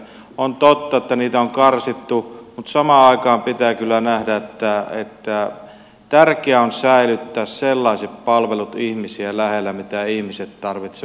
on totta että niitä on karsittu mutta samaan aikaan pitää kyllä nähdä että tärkeää on säilyttää sellaiset palvelut ihmisiä lähellä mitä ihmiset tarvitsevat usein